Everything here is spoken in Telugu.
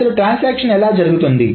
అసలు ట్రాన్సాక్షన్ ఎలా జరుగుతుంది